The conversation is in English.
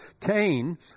Cain